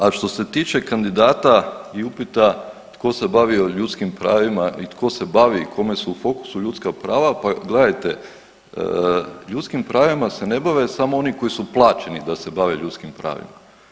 A što se tiče kandidata i upita tko se bavio ljudskim pravima i tko se bavi i kome su u fokusu ljudska prava, pa gledajte ljudskim pravima se ne bave samo oni koji su plaćeni da se bave ljudskim pravima.